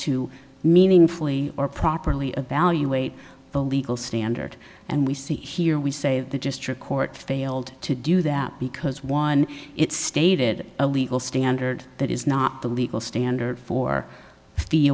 to meaningfully or properly evaluate the legal standard and we see here we save the just for a court failed to do that because one it's stated a legal standard that is not the legal standard for the